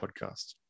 podcast